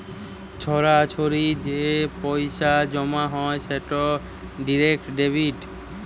সরাসরি যে পইসা জমা হ্যয় সেট ডিরেক্ট ডেবিট